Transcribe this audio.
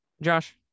Josh